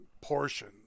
portion